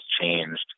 changed